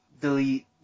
delete